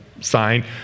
sign